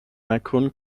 macon